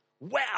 Wow